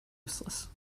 useless